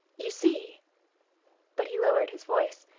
you see but he lowered his voice,